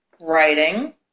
writing